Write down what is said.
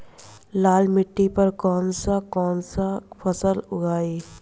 लाल मिट्टी पर कौन कौनसा फसल उगाई?